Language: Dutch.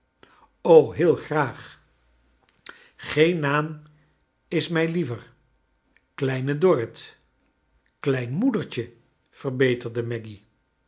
heel graag geen naam is mij liever kleine dorrit klein moedertje verbeterde maggy